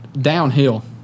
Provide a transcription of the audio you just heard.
downhill